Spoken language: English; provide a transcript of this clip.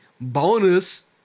bonus